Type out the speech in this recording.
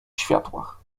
światłach